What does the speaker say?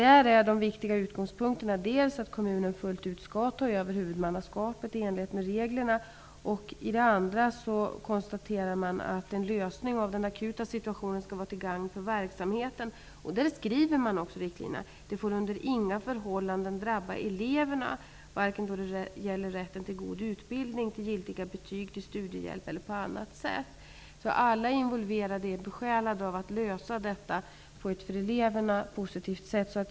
Där är de viktiga utgångspunkterna dels att kommunen i enlighet med reglerna fullt ut skall ta över huvudmannaskapet, dels att en lösning av den akuta situationen skall vara till gagn för verksamheten. I riktlinjerna skriver man också att detta under inga förhållanden får drabba eleverna, vare sig när det gäller rätten till god utbildning, rätten till giltiga betyg, rätten till studiehjälp eller på annat sätt. Alla involverade är besjälade av att lösa detta på ett för eleverna positivt sätt.